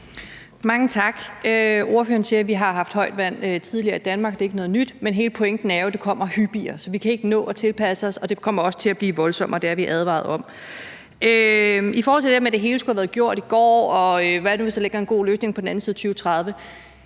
Mange tak. Ordføreren siger, at vi har haft høj vand tidligere i Danmark, og at det ikke er noget nyt, men hele pointen er jo, at det kommer hyppigere, så vi kan ikke nå at tilpasse os, og det kommer også til at blive voldsommere; det er vi advaret om. I forhold til det her med, at det hele skulle have været gjort i går, og hvad nu hvis der ligger en god løsning på den anden side af 2030,